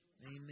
Amen